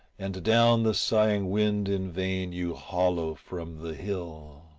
and down the sighing wind in vain you hollo from the hill.